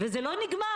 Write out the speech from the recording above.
וזה לא נגמר.